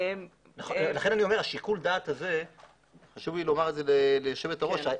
לכן חשוב לי לומר את זה ליושבת-הראש,